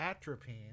atropine